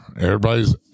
Everybody's